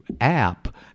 app